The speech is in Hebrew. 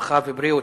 הרווחה והבריאות.